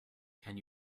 can